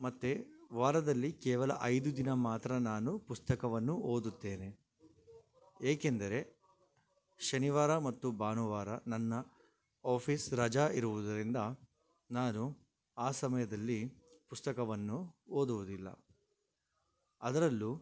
ಮತ್ತೆ ವಾರದಲ್ಲಿ ಕೇವಲ ಐದು ದಿನ ಮಾತ್ರ ನಾನು ಪುಸ್ತಕವನ್ನು ಓದುತ್ತೇನೆ ಏಕೆಂದರೆ ಶನಿವಾರ ಮತ್ತು ಭಾನುವಾರ ನನ್ನ ಆಫೀಸ್ ರಜಾ ಇರುವುದರಿಂದ ನಾನು ಆ ಸಮಯದಲ್ಲಿ ಪುಸ್ತಕವನ್ನು ಓದುವುದಿಲ್ಲ ಅದರಲ್ಲು